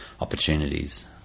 opportunities